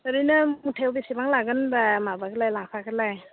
ओरैनो मुथायाव बेसेबां लागोन होनबा माबाखौलाय लाफाखौलाय